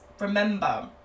remember